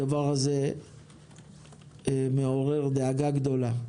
הדבר הזה מעורר דאגה גדולה.